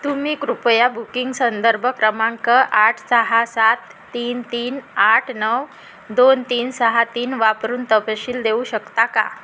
तुम्ही कृपया बुकिंग संदर्भ क्रमांक आठ सहा सात तीन तीन आठ नऊ दोन तीन सहा तीन वापरून तपशील देऊ शकता का